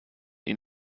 ihn